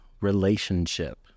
relationship